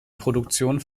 produktion